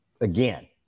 again